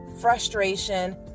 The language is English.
frustration